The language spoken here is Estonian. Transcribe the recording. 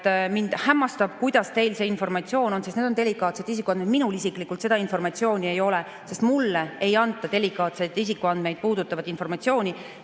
mind hämmastab, kuidas teil on sellist informatsiooni, sest need on delikaatsed isikuandmed. Minul isiklikult seda informatsiooni ei ole, sest mulle ei anta delikaatseid isikuandmeid puudutavat informatsiooni